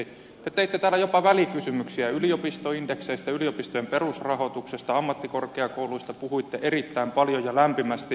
te teitte täällä jopa välikysymyksiä yliopistoindekseistä yliopistojen perusrahoituksesta ammattikorkeakouluista puhuitte erittäin paljon ja lämpimästi